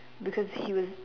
because he was